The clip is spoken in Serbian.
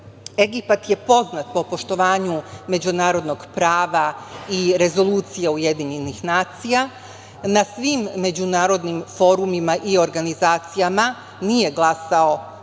Srbije. Egipat je poznat po poštovanju međunarodnog prava i rezolucija UN. Na svim međunarodnim forumima i organizacijama nije glasao